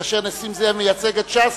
שכאשר נסים זאב מייצג את ש"ס,